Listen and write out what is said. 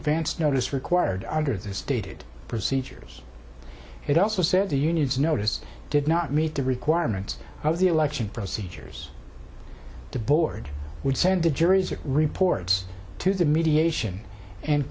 advance notice required under the stated procedures it also said the union's notice did not meet the requirements of the election procedures the board would send to juries or reports to the mediation and